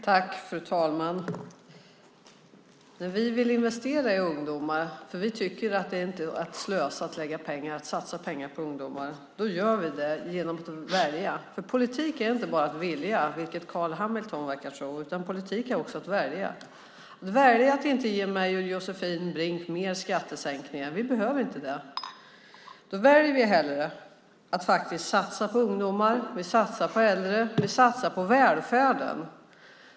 Fru talman! Vi vill investera i ungdomar, för vi tycker inte att det är att slösa att satsa pengar på ungdomar. Då gör vi det genom att välja. Politik är inte bara att vilja, vilket Carl B Hamilton verkar tro, utan politik är också att välja - till exempel att välja att inte ge Josefin Brink och mig fler skattesänkningar. Vi behöver inte det. Då väljer vi hellre att faktiskt satsa på ungdomar. Vi satsar på äldre. Vi satsar på välfärden.